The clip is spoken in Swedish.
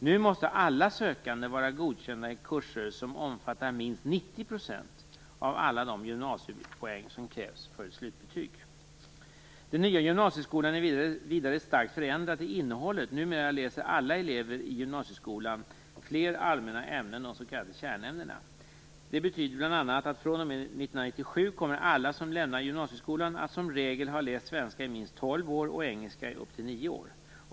Nu måste alla sökande vara godkända i kurser som omfattar minst 90 % av alla de gymnasiepoäng som krävs för ett slutbetyg. Den nya gymnasieskolan är vidare starkt förändrad till innehållet. Numera läser alla elever i gymnasieskolan fler allmänna ämnen, de s.k. kärnämnena. Det betyder bl.a. att fr.o.m. 1997 kommer alla som lämnar gymnasieskolan att som regel ha läst svenska i minst 12 år och engelska i upp till 9 år.